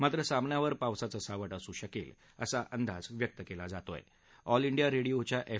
मात्र सामन्यावर पावसाचं सावट असू शक्वि असा अंदाज व्यक्त कळा जात आह ऑल इंडिया रखिओच्या एफ